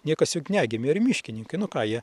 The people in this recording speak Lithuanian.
niekas juk negimė ir miškininkai nu ką jie